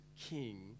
king